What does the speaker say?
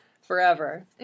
forever